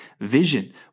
vision